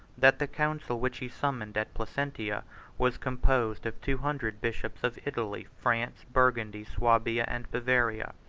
that the council which he summoned at placentia was composed of two hundred bishops of italy, france, burgandy, swabia, and bavaria.